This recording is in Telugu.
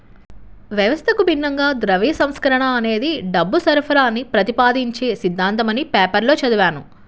వ్యవస్థకు భిన్నంగా ద్రవ్య సంస్కరణ అనేది డబ్బు సరఫరాని ప్రతిపాదించే సిద్ధాంతమని పేపర్లో చదివాను